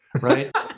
right